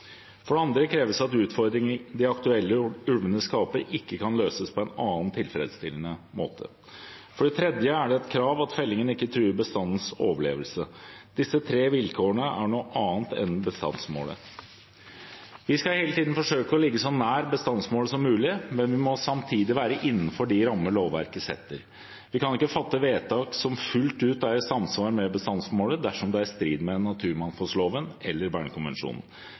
For det andre kreves det at utfordringen de aktuelle ulvene skaper, ikke kan løses på en annen tilfredsstillende måte. For det tredje er det et krav at fellingen ikke truer bestandens overlevelse. Disse tre vilkårene er noe annet enn bestandsmålet. Vi skal hele tiden forsøke å ligge så nær bestandsmålet som mulig, men vi må samtidig være innenfor de rammer lovverket setter. Vi kan ikke fatte vedtak som fullt ut er i samsvar med bestandsmålet dersom det er i strid med naturmangfoldloven eller Bernkonvensjonen.